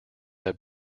have